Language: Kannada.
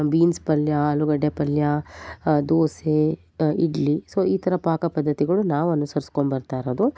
ಬೀನ್ಸ್ ಪಲ್ಯ ಆಲೂಗಡ್ಡೆ ಪಲ್ಯ ದೋಸೆ ಇಡ್ಲಿ ಸೊ ಈ ಥರ ಪಾಕಪದ್ಧತಿಗಳು ನಾವು ಅನುಸರಿಸ್ಕೊಂಬರ್ತಾ ಇರೋದು